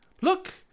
look